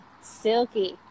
silky